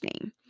name